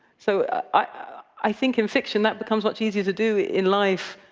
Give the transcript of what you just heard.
so i think in fiction that becomes much easier to do. in life,